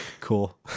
Cool